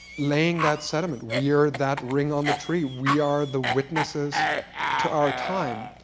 laying that sediment. we are that ring on the tree. we are the witnesses to our time.